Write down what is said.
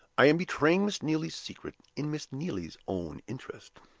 i am betraying miss neelie's secret, in miss neelie's own interest.